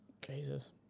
Jesus